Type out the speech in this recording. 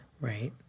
Right